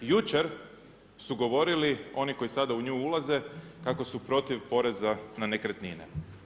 Jučer, su govorili, oni koji sada u nju ulaze, kako su protiv poreza na nekretnine.